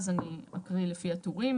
אני אקריא לפי הטורים.